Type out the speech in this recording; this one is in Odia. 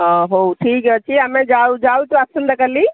ହଁ ହଉ ଠିକ୍ ଅଛି ଆମେ ଯାଉ ଯାଉଛୁ ଆସନ୍ତା କାଲି